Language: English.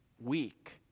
weak